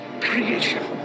creation